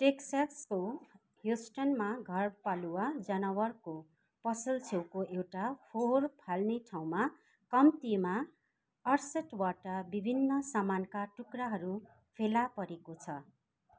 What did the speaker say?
टेक्सासको ह्वेस्टनमा घरपालुवा जनावरको पसल छेउको एउटा फोहोर फाल्ने ठाउँमा कम्तीमा अर्सठवटा विभिन्न सामानका टुक्राहरू फेला परेको छ